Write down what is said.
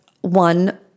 one